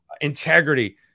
integrity